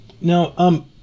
Now